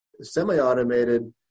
Semi-automated